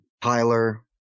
Tyler